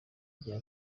agira